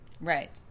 Right